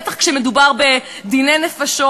בטח כשמדובר בדיני נפשות,